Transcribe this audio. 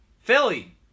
philly